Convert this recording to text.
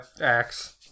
axe